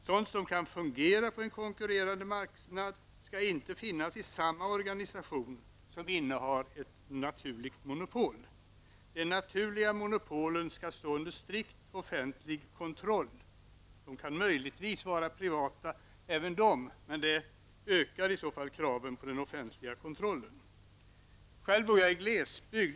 Sådant som kan fungera på en konkurrerande marknad skall inte finnas i samma organisation som innehar ett naturligt monopol. De naturliga monopolen skall stå under strikt offentlig kontroll och kan möjligtvis vara privata. Men det ökar i så fall kraven på den offentliga kontrollen. Jag bor själv i glesbygd.